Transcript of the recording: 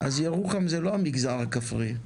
אז ירוחם זה לא המגזר הכפרי,